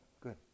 Good